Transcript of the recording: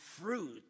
fruit